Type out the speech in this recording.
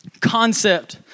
concept